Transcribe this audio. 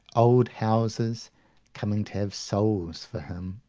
old houses coming to have souls for him.